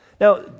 Now